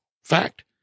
Fact